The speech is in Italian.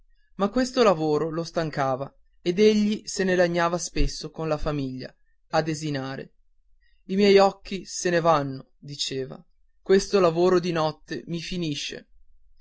ma questo lavoro lo stancava ed egli se ne lagnava spesso con la famiglia a desinare i miei occhi se ne vanno diceva questo lavoro di notte mi finisce